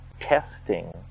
testing